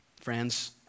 Friends